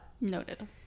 Noted